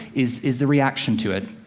is is the reaction to it.